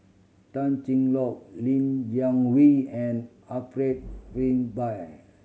Tan Cheng Lock Li Jiawei and Alfred Frisby